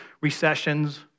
recessions